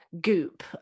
goop